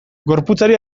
gorputzari